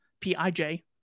PIJ